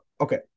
okay